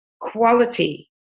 quality